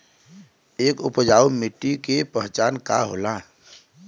एक उपजाऊ मिट्टी के पहचान का होला?